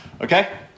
Okay